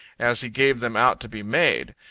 as he gave them out to be made.